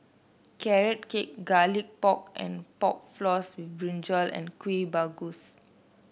Carrot Cake Garlic Pork and Pork Floss Brinjal and Kueh Bugis